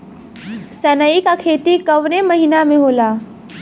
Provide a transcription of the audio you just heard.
सनई का खेती कवने महीना में होला?